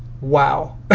wow